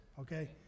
okay